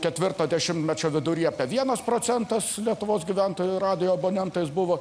ketvirto dešimtmečio viduryje apie vienas procentas lietuvos gyventojų radijo abonentais buvo